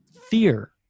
fear